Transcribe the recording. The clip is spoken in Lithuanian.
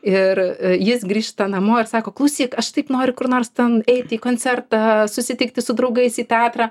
ir jis grįžta namo ir sako klausyk aš taip noriu kur nors ten eit į koncertą susitikti su draugais į teatrą